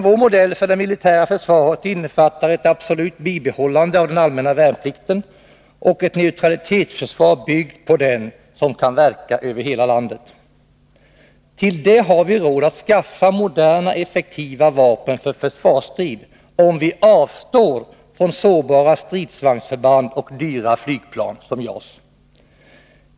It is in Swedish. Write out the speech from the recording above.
Vår modell för det militära försvaret innefattar ett absolut bibehållande av den allmänna värnplikten och ett neutralitetsförsvar, byggt på den, som kan verka över hela landet. Till det har vi råd att skaffa moderna, effektiva vapen för försvarsstrid, om vi avstår från sårbara stridsvagnsförband och dyra flygplan som JAS.